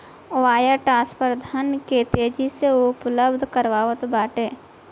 wire transfer धन के तेजी से उपलब्ध करावत बाटे